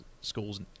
schools